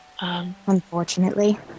Unfortunately